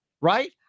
Right